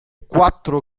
quattro